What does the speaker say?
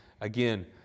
again